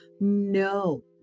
No